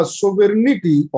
sovereignty